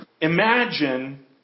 Imagine